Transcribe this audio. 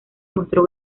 mostró